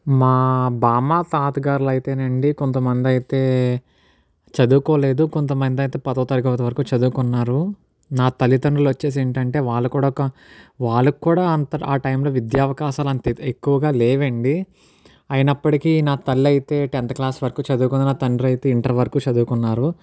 మా బామ్మా తాత గార్లు అయితే నండీ కొంత మంది అయితే చదువుకోలేదు కొంత మంది అయితే పదవ తరగతి వరకు చదువుకున్నారు నా తల్లితండ్రులు వచ్చేసి ఏంటంటే వాళ్ళు కూడా ఒక వాళ్ళకి కూడా అంత ఆ టైంలో విద్యా అవకాశాలు అంత ఎక్కువగా లేవండీ అయినప్పటికి నా తల్లైతే టెన్త్ క్లాస్ వరకు చదువుకుంది నా తండ్రి అయితే ఇంటర్ వరకు చదువుకున్నారు